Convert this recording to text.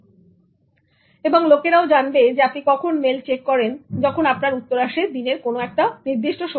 "ওকে" এবং লোকেরা জানবে আপনি কখন মেইল চেক করেন যখন আপনার উত্তর আসে দিনের কোন একটা সময়ে